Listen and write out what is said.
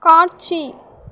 காட்சி